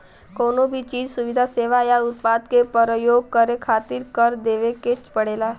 कउनो भी चीज, सुविधा, सेवा या उत्पाद क परयोग करे खातिर कर देवे के पड़ेला